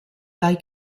dai